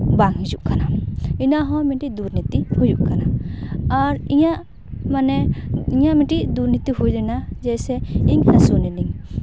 ᱵᱟᱝ ᱦᱤᱡᱩᱜ ᱠᱟᱱᱟ ᱚᱱᱟ ᱦᱚᱸ ᱢᱤᱫᱴᱤᱡ ᱫᱩᱨᱱᱤᱛᱤ ᱦᱩᱭᱩᱜ ᱠᱟᱱᱟ ᱟᱨ ᱤᱧᱟᱹᱜ ᱢᱟᱱᱮ ᱤᱧᱟᱹᱜ ᱢᱤᱫᱴᱤᱡ ᱫᱩᱨᱱᱤᱛᱤ ᱦᱩᱭ ᱞᱮᱱᱟ ᱡᱮᱭᱥᱮ ᱤᱧ ᱦᱟᱹᱥᱩ ᱞᱮᱱᱟᱧ